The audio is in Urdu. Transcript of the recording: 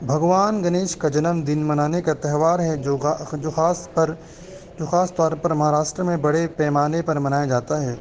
بھگوان گنیش کا جنم دن منانے کا تہوار ہے جو جو خاص کر جو خاص طور پر مہاراشٹر میں بڑے پیمانے پر منایا جاتا ہے